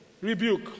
rebuke